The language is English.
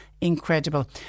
incredible